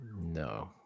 No